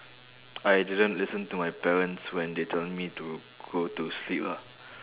I didn't listen to my parents when they tell me to go to sleep ah